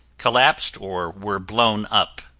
collapsed or were blown up.